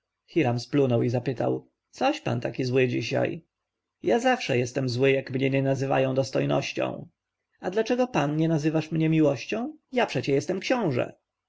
hiram splunął i zapytał coś pan taki zły dzisiaj ja zawsze jestem zły jak mnie nie nazywają dostojnością a dlaczego pan nie nazywasz mnie miłością ja przecie jestem książę